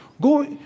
go